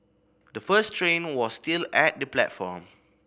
the first train was still at the platform